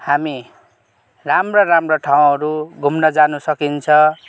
हामी राम्रो राम्रो ठाउँहरू घुम्न जानु सकिन्छ